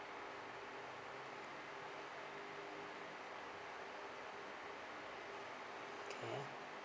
okay